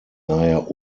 daher